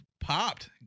popped